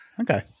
Okay